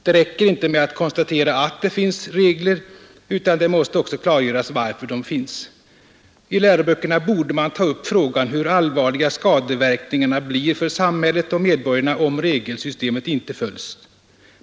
Det räcker inte med att konstatera att det finns regler utan det måste också klargöras varför de finns. I läroböckerna borde man ta upp frågan hur allvarliga skadeverkningarna blir för samhället och medborgarna om regelsystemet inte följs.